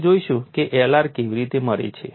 આપણે જોઈશું કે Lr કેવી રીતે મળે છે